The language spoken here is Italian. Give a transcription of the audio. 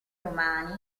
romani